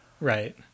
Right